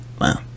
Wow